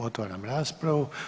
Otvaram raspravu.